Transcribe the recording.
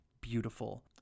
beautiful